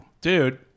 dude